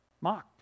mocked